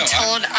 told